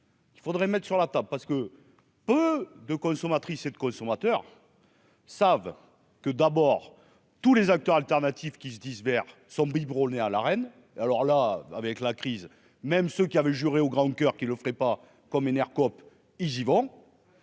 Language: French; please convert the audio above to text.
Il faudrait mettre sur la table parce que peu de consommatrices et de consommateurs savent que d'abord tous les acteurs alternatifs qui se dise vers son biberonné à la reine, alors là, avec la crise, même ceux qui avaient juré au grand coeur qui le ferait pas comme un air ils y vont.